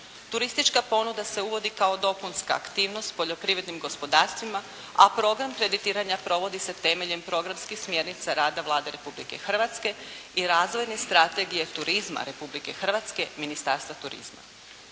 Turistička ponuda se uvodi kao dopunska aktivnost poljoprivrednim gospodarstvima, a program kreditiranja provodi se temeljem programskih smjernica rada Vlade Republike Hrvatske i Razvojne strategije turizma Republike Hrvatske Ministarstva turizma.